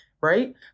right